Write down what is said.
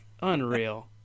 Unreal